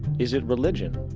is it religion?